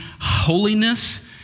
holiness